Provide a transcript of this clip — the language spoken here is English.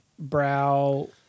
Brow